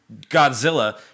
Godzilla